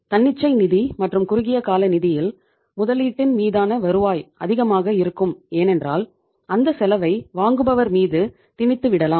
தன்னிச்சை நிதி மற்றும் குறுகியகால நிதியில் முதலீட்டின் மீதான வருவாய் அதிகமாக இருக்கும் ஏனென்றால் அந்த செலவை வாங்குபவர் மீது திணித்து விடலாம்